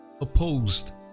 opposed